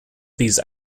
these